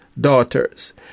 Daughters